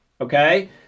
Okay